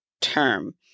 term